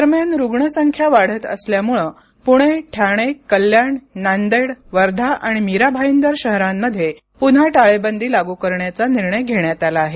दरम्यान रुग्णसंख्या वाढत असल्यामुळे पुणे ठाणे कल्याण नांदेड वर्धा आणि मीरा भाईदर शहरांमध्ये पुन्हा टाळेबंदी लागू करण्याचा निर्णय घेण्यात आला आहे